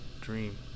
dream